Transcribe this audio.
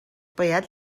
باید